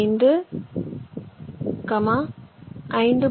5 5